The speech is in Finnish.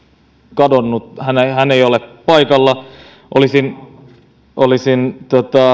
kadonnut hän ei ole paikalla mutta olisin